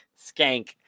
skank